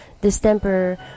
distemper